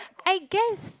I guess